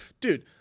Dude